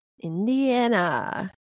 indiana